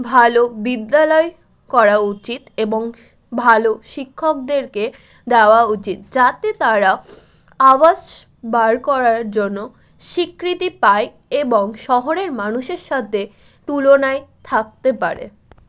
ভালো বিদ্যালয় করা উচিত এবং ভালো শিক্ষকদেরকে দেওয়া উচিত যাতে তারা আওয়াজ বার করার জন্য স্বীকৃতি পায় এবং শহরের মানুষের সাথে তুলনায় থাকতে পারে